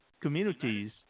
communities